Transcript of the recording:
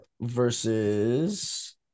versus